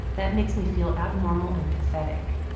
that makes me feel abnormal and pathetic.